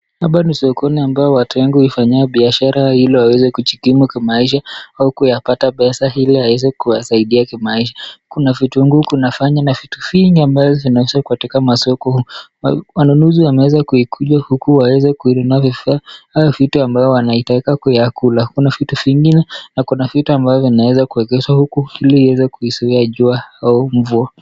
Hapa ni sokoni ambao watu wengi hufanyia biashara ili waweze kujikimu kimaisha au kuyapata pesa ili aweze kuwasaidia kimaisha, kuna vitunguu, kuna nyanya na vitu vingi ambazo zinauzwa katika masoko. Wanunuzi wameweza kukuja huku waeze kuinunua vifaa au vitu ambayo wanaitaka kuyakula, kuna vitu vingine na kuna vitu ambavyo vinaweza kuekezwa huku ili iweze kuizuia jua ama mvua.